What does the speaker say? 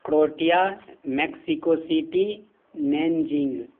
Croatia Mexico city nanjing